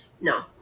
No